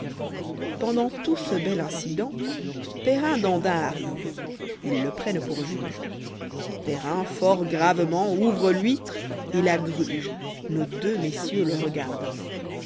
pendant tout ce bel incident perrin dandin arrive ils le prennent pour juge perrin fort gravement ouvre l'huître et la gruge nos deux messieurs le regardant